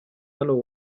hano